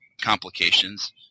complications